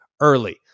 early